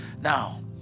Now